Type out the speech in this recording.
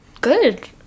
Good